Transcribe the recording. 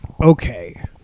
okay